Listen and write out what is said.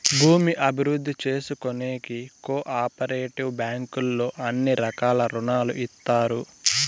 భూమి అభివృద్ధి చేసుకోనీకి కో ఆపరేటివ్ బ్యాంకుల్లో అన్ని రకాల రుణాలు ఇత్తారు